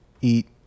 eat